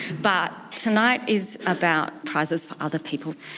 but tonight is about prizes for other people.